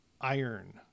iron